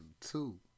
two